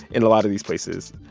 in a lot of these places,